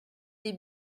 des